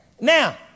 Now